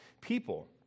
people